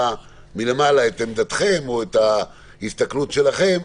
מלמעלה את עמדתכם או את ההסתכלות שלכם,